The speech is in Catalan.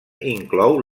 inclou